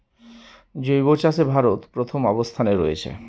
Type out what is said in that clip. জৈব চাষে ভারত প্রথম অবস্থানে রয়েছে